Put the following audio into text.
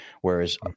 whereas